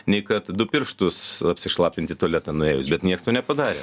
nei kad du pirštus apsišlapint į tualetą nuėjus bet nieks to nepadarė